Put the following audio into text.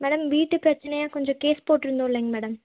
madam வீட்டு பிரச்சினையா கொஞ்சம் கேஸ் போட்டிருந்தோம் இல்லைங்க மேடம்